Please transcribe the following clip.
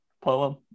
poem